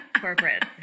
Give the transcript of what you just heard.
corporate